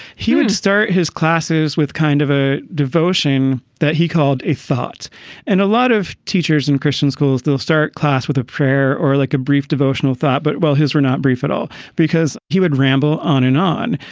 he would start his classes with kind of a devotion that he called a thought and a lot of teachers and christian schools, they'll start class with a prayer or like a brief devotional thought. but, well, his were not brief at all because he would ramble on and on.